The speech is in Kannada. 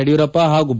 ಯಡಿಯೂರಪ್ಪ ಹಾಗೂ ಬಿ